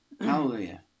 Hallelujah